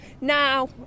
Now